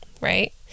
right